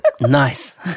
Nice